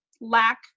lack